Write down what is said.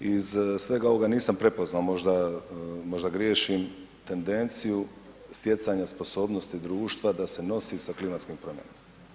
Iz svega ovoga nisam prepoznao, možda, možda griješim, tendenciju stjecanja sposobnosti društva da se nosi sa klimatskim promjenama.